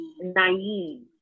naive